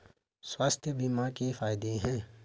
स्वास्थ्य बीमा के फायदे हैं?